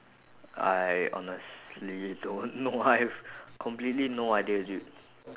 I honestly don't know I've completely no idea dude